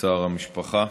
בצער המשפחה.